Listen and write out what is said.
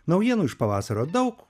naujienų iš pavasario daug